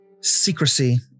secrecy